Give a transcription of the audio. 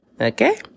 okay